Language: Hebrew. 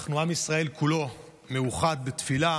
המשנה לנשיאת בית המשפט העליון